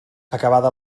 acabada